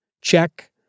Check